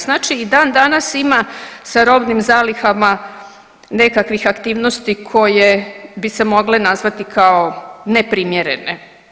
Znači dan danas ima sa robnim zalihama nekakvih aktivnosti koje bi se mogle nazvati kao neprimjerene.